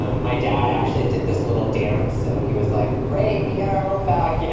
um my dad actually did this little dance. and he was like, great, we got our home back, you know?